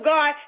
God